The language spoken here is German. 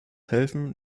helfen